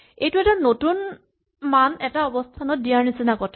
এইটো এটা নতুন মান এটা অৱস্হানত দিয়াৰ নিচিনা কথা